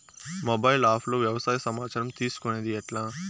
Mobile app లో వ్యవసాయ సమాచారం తీసుకొనేది ఎట్లా?